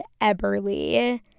Eberly